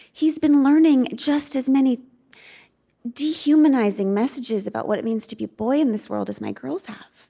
he's been learning just as many dehumanizing messages about what it means to be a boy in this world as my girls have.